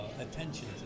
attention